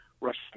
Russian